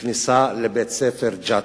בכניסה לבית-הספר ג'ת.